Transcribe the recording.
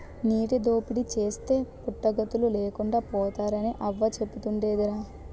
నీటి దోపిడీ చేస్తే పుట్టగతులు లేకుండా పోతారని అవ్వ సెబుతుండేదిరా